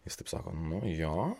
jis taip sako nu jo